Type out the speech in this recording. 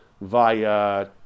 via